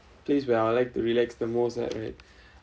place where I would like to relax the most at right